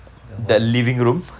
the hall